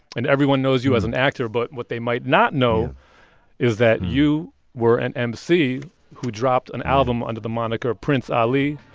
and everyone knows you as an actor. but what they might not know is that you were an emcee who dropped an album under the moniker prince ali,